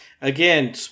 Again